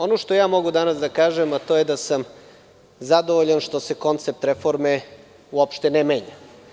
Ono što ja mogu danas da kažem, a to je da sam zadovoljan što se koncept reforme uopšte ne menja.